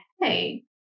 hey